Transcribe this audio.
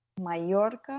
Mallorca